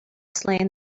slain